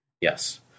yes